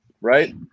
right